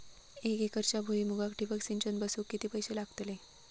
एक एकरच्या भुईमुगाक ठिबक सिंचन बसवूक किती पैशे लागतले?